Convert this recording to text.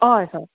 हय हय